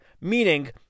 meaning